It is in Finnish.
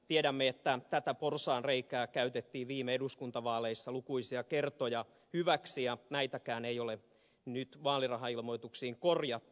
tiedämme että tätä porsaanreikää käytettiin viime eduskuntavaaleissa lukuisia kertoja hyväksi ja näitäkään ei ole nyt vaalirahailmoituksiin korjattu